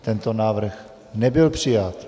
Tento návrh nebyl přijat.